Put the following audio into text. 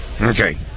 Okay